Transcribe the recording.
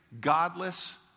Godless